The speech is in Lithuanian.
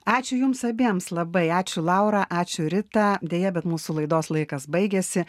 ačiū jums abiems labai ačiū laura ačiū rita deja bet mūsų laidos laikas baigėsi